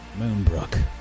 Moonbrook